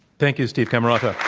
thank you, steve camarota.